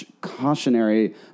cautionary